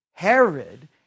Herod